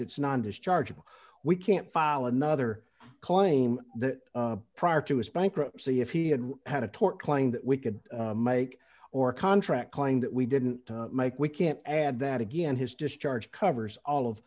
it's not his charge we can't file another claim that prior to his bankruptcy if he had had a tort claim that we could make or contract claim that we didn't make we can't add that again his discharge covers all of